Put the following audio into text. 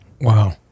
Wow